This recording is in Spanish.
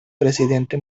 presidente